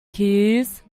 keys